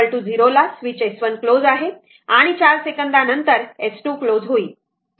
तर t 0 ला switch S1 close आहे आणि 4 सेकंदा नंतर S2 क्लोज होईल